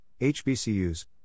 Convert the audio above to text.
HBCUs